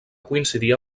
coincidir